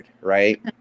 right